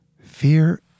fear